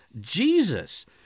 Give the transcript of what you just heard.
Jesus